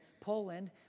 Poland